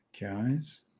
guys